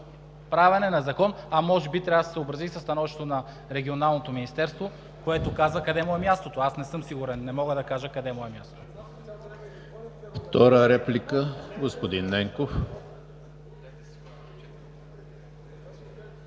правене на закон, а може би трябва да се съобразим със становището на Регионалното министерство, което каза къде му е мястото. Аз не съм сигурен, не мога да кажа къде му е мястото.